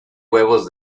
huevos